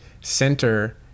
center